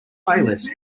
playlist